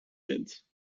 vindt